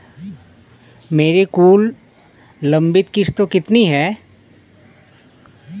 मेरी कुल लंबित किश्तों कितनी हैं?